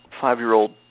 five-year-old